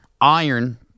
iron